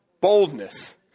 Boldness